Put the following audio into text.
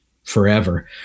forever